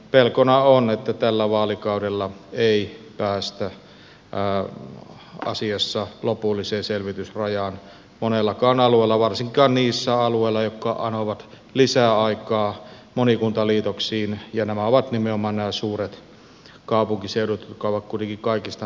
pelkona on että tällä vaalikaudella ei päästä asiassa lopulliseen selvitysrajaan monellakaan alueella varsinkaan niillä alueilla jotka anovat lisäaikaa monikuntaliitoksiin ja nämä ovat nimenomaan nämä suuret kaupunkiseudut jotka ovat kuitenkin kaikista merkittävimpiä